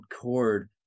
chord